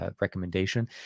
recommendation